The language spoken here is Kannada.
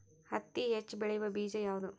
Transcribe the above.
ಹತ್ತಿ ಹೆಚ್ಚ ಬೆಳೆಯುವ ಬೇಜ ಯಾವುದು?